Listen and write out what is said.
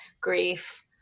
grief